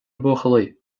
buachaillí